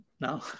Now